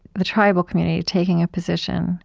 the tribal community, taking a position